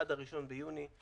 עד הראשון ביוני.